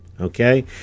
Okay